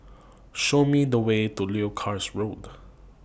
Show Me The Way to Leuchars Road